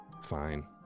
Fine